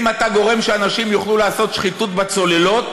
אם אתה גורם שאנשים יוכלו לעשות שחיתות בצוללות,